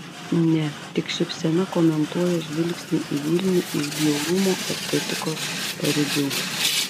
ne tik šypsena komentuoja žvilgsnį į vilnių iš bjaurumo estetikos paribių